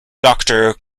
doctor